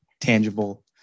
tangible